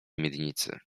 miednicy